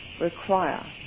require